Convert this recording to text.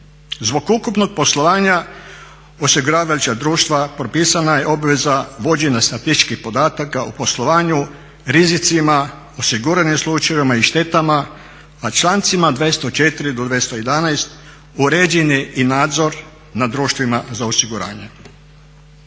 Zbog ukupnog poslovanja osiguravajuća društva propisana je obveza vođenja statističkih podataka o poslovanju, rizicima, osiguranim slučajevima i štetama, a člancima 204. do 211. uređen je i nadzor nad društvima za osiguranje.